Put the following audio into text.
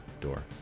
door